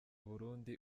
burundi